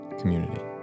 community